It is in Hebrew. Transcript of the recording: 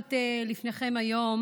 שמונחת לפניכם היום